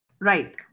Right